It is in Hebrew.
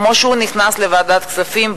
כמו שהוא נכנס לוועדת כספים,